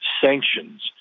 sanctions